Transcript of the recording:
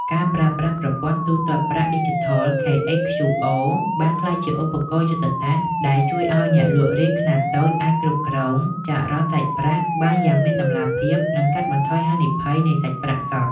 ការប្រើប្រាស់ ប្រព័ន្ធទូទាត់ប្រាក់ឌីជីថល (KHQR) បានក្លាយជាឧបករណ៍យុទ្ធសាស្ត្រដែលជួយឱ្យអ្នកលក់រាយខ្នាតតូចអាចគ្រប់គ្រង ចរន្តសាច់ប្រាក់ បានយ៉ាងមានតម្លាភាព និងកាត់បន្ថយហានិភ័យនៃសាច់ប្រាក់សុទ្ធ។